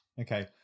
Okay